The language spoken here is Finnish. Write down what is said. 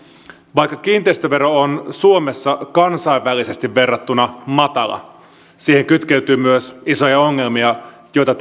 vaikka kiinteistövero on suomessa kansainvälisesti verrattuna matala siihen kytkeytyy myös isoja ongelmia joita